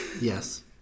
Yes